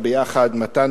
מתן